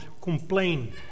complain